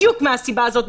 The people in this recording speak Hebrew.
בדיוק מהסיבה הזאת,